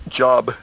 job